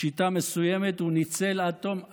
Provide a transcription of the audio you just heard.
שיטה מסוימת הוא ניצל עד תום,